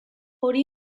hori